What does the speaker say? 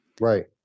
right